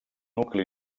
nucli